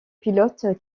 pilote